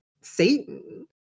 satan